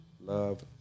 love